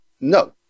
No